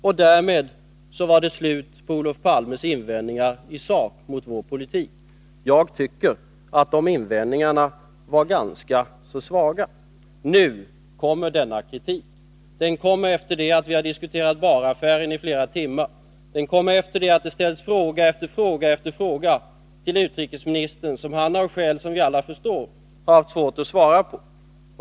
Och därmed var det slut på Olof Palmes invändningar i sak mot vår politik. Jag tycker att de invändningarna var ganska så svaga. Nu kommer denna kritik. Den kommer efter det att vi har diskuterat Bahr-affären i flera timmar. Den kommer efter det att det har ställts fråga efter fråga till utrikesministern, som han, av skäl som vi alla förstår, har haft svårt att svara på.